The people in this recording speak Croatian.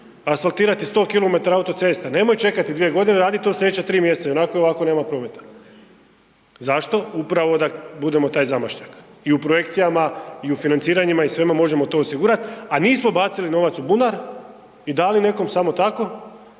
asfaltirati 100km autocesta nemoj čekati dvije godine radi to u sljedeća tri mjeseca i ovako i onako nema prometa. Zašto? Upravo da budemo taj zamašnjak i u projekcijama i u financiranjima možemo to osigurati, a nismo bacili novac u bunar i dali nekom samo tako